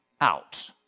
out